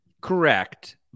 Correct